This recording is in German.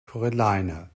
carolina